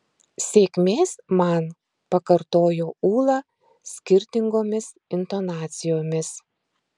sėkmės man pakartojo ūla skirtingomis intonacijomis